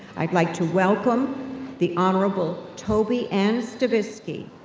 i'd like to welcome the honorable toby ann stavisky,